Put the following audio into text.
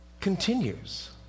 continues